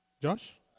Josh